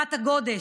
אגרת הגודש,